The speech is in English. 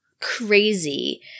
crazy